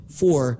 four